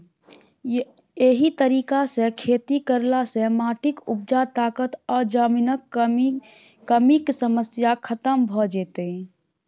एहि तरीका सँ खेती करला सँ माटिक उपजा ताकत आ जमीनक कमीक समस्या खतम भ जेतै